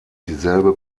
dieselbe